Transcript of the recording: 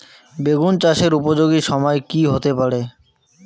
বেগুন চাষের উপযোগী সময় কি হতে পারে?